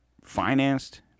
financed